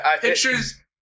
pictures